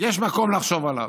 שיש מקום לחשוב עליו.